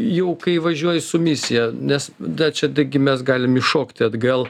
jau kai važiuoji su misija nes da čia da gi mes galim įšokti atgal